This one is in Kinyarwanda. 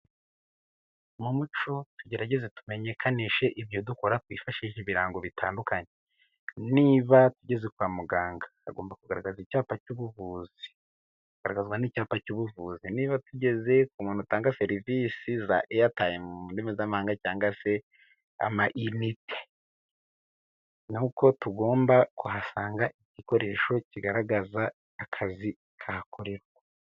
Mu muco tugerageze tumenyekanishe ibyo dukora twifashisha ibirango bitandukanye. Niba tugeze kwa muganga, hagomba kugaragazwa n'icyapa cy'ubuvuzi. Niba tugeze ku umuntu utanga serivisi za airtel mundimi z'amahanga cyangwa se ama unite, n'aho tugomba kuhasanga igikoresho kigaragaza akazi kahakorerwa.